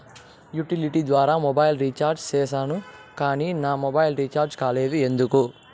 Utility ద్వారా mobile recharge సేసాను కానీ నా మొబైల్ రీచార్జి కాలేదు ఎందుకు?